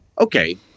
okay